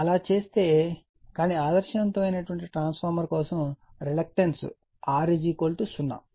అలా చేస్తే కానీ ఆదర్శవంతమైన ట్రాన్స్ఫార్మర్ కోసం రిలక్టన్స్ R 0